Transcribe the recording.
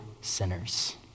sinners